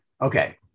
Okay